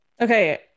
Okay